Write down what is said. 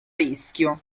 rischio